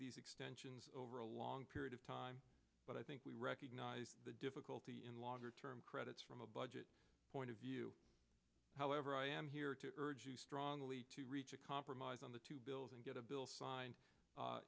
these extensions over a long period of time but i think we recognize the difficulty in longer term credits from a budget point of view however i am here to urge you strongly to reach a compromise on the two bills and get a bill signed